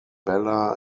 bella